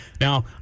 Now